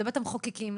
לבית המחוקקים,